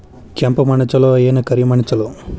ಕೆಂಪ ಮಣ್ಣ ಛಲೋ ಏನ್ ಕರಿ ಮಣ್ಣ ಛಲೋ?